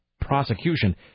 prosecution